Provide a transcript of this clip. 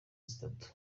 zitatu